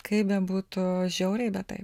kaip bebūtų žiauriai bet taip